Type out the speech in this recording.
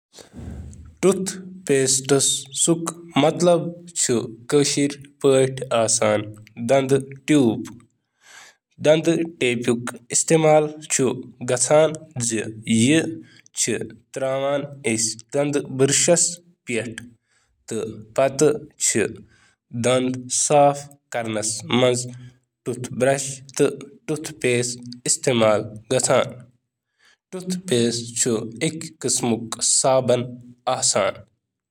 Tooth paste کَمہِ مقصدٕچ کٲم چھِ کران؟ ٹوتھ پیسٹُک مقصد چُھ دنٛد صاف کرنہٕ خٲطرٕ استعمال کرُن یہِ چُھ اَکہِ قٕسمُک صابن